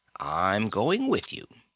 i'm going with you.